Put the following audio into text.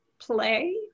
play